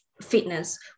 fitness